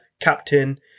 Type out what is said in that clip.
captain